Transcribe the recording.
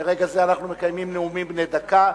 מרגע זה אנחנו מקיימים נאומים בני דקה.